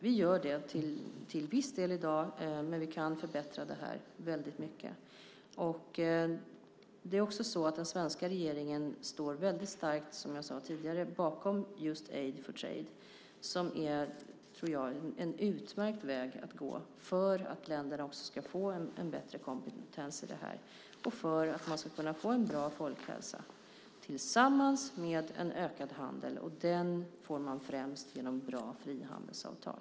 Vi gör det till viss del i dag, men vi kan förbättra det här väldigt mycket. Den svenska regeringen står också väldigt starkt, som jag sade tidigare, bakom just Aid for Trade, som jag tror är en utmärkt väg att gå för att länderna ska få en bättre kompetens i det här och för att man ska kunna få en bra folkhälsa tillsammans med en ökad handel, och den får man främst genom bra frihandelsavtal.